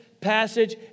passage